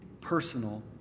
personal